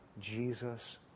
Jesus